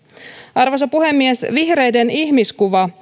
arvoisa puhemies vihreiden ihmiskuva